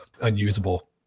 unusable